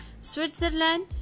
switzerland